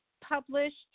published